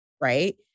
right